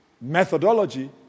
methodology